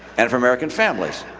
and for american families.